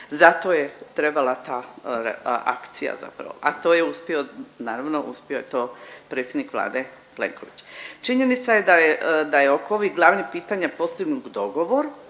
Zato je trebala ta akcija zapravo, a to je uspio, naravno uspio je to predsjednik Vlade Plenković. Činjenica je da je, da je oko ovih glavnih pitanja postignut dogovor